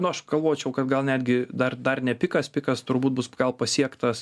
nu aš galvočiau kad gal netgi dar dar ne pikas pikas turbūt bus pasiektas